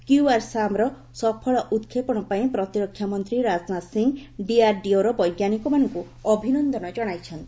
କ୍ୟୁଆର୍ସାମ୍ର ସଫଳ ଉତ୍କ୍େପଣ ପାଇଁ ପ୍ରତିରକ୍ଷା ମନ୍ତ୍ରୀ ରାଜନାଥ ସିଂହ ଡିଆର୍ଡିଓର ବୈଜ୍ଞାନିକମାନଙ୍କୁ ଅଭିନନ୍ଦନ ଜଣାଇଛନ୍ତି